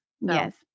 Yes